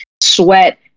sweat